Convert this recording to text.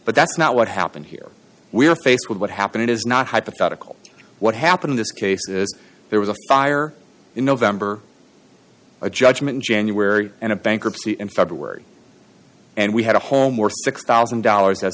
but that's not what happened here we are faced with what happened it is not hypothetical what happen in this case is there was a fire in november a judgment january and a bankruptcy in february and we had a home or six thousand dollars